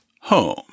home